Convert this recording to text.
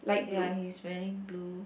ya he's wearing blue